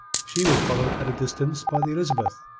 she was followed at a distance by the elizabeth,